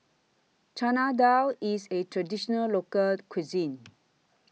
Chana Dal IS A Traditional Local Cuisine